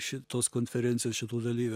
ši tos konferencijos šitų dalykų